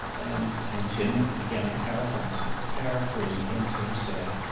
and and tim, again, i'm paraphrasing paraphrasing him, tim said,